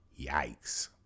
Yikes